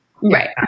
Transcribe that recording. right